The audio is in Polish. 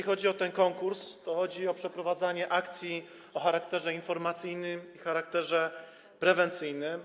Co do tego konkursu to chodzi o przeprowadzanie akcji o charakterze informacyjnym i o charakterze prewencyjnym.